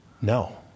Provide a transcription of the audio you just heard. No